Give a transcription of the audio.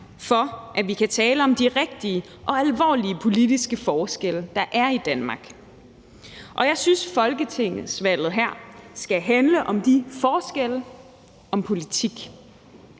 for, at vi kan tale om de rigtige og alvorlige politiske forskelle, der er i Danmark, og jeg synes, at folketingsvalget her skal handle om de forskelle – om politik.